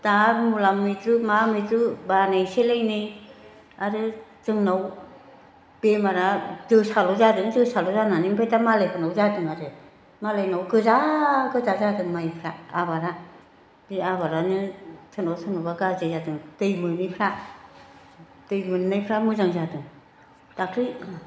दा मुला मैद्रु मा मैद्रु बानायसोलाय नै आरो जोंनाव बेमारा जोसाल' जादों जोसाल' जानानै ओमफ्राय दा मालायफोरनाव जादों आरो मालायनाव गोजा गोजा जादों माइफ्रा आबादा बे आबादानो सोरनावबा सोरनावबा गाज्रि जादों दै मोनिफ्रा दै मोननायफ्रा मोजां जादों दाख्लै